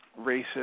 racist